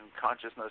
consciousness